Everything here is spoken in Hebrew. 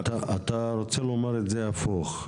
אתה רוצה לומר את זה הפוך.